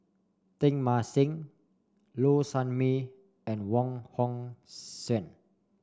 Teng Mah Seng Low Sanmay and Wong Hong Suen